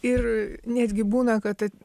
ir netgi būna kad